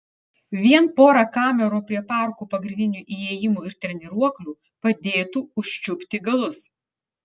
vien pora kamerų prie parkų pagrindinių įėjimų ir treniruoklių padėtų užčiupti galus